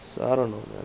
so I don't know